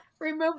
remove